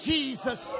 Jesus